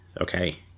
Okay